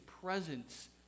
presence